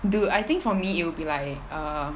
dude I think for me it will be like err